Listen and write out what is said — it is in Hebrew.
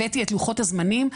הבאתי את לוחות הזמנים.